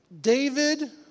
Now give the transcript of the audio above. David